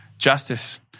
justice